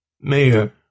mayor